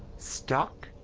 stuck?